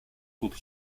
could